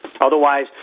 Otherwise